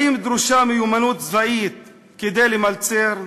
האם דרושה מיומנות צבאית כדי למלצר?